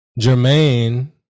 Jermaine